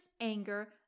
anger